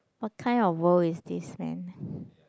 what kind of world is this man